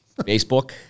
Facebook